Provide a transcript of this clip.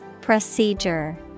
Procedure